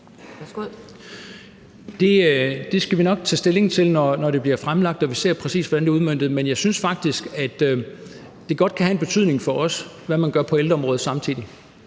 Det skal vi nok tage stilling til, når det bliver fremsat og vi ser præcis, hvordan det er udmøntet. Men jeg synes faktisk, at det godt kan have en betydning for os, hvad man gør på ældreområdet samtidig.